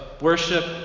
worship